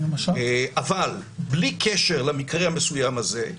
אבל בלי קשר למקרה המסוים הזה,